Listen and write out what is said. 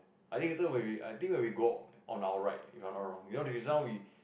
I think later when we I think when we go on our right in other wrong if want to result we